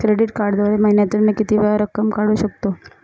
Credit कार्डद्वारे महिन्यातून मी किती वेळा रक्कम काढू शकतो?